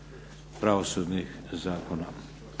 pravosudnih zakona.